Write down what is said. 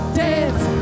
dance